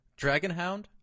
Dragonhound